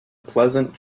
pleasant